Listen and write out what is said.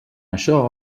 això